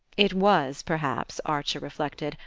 it was, perhaps, archer reflected,